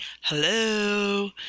Hello